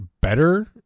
better